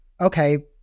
okay